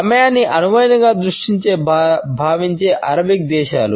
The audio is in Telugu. సమయాన్ని అనువైన దృష్టిగా భావించే అరబిక్ దేశాలు